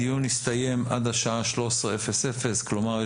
הדיון יסתיים עד השעה 13:00. כלומר,